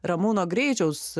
ramūno greičiaus